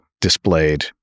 displayed